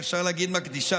אפשר להגיד "מקדישה",